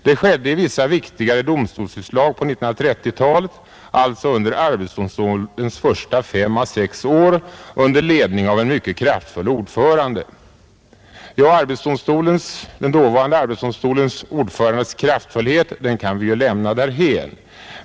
Det skedde i vissa viktigare domstolsutslag på 1930-talet, alltså under arbetsdomstolens första fem å sex år, under ledning av en mycket kraftfull ordförande.” Frågan om arbetsdomstolens dåvarande ordförandes kraftfullhet kan vi ju lämna därhän.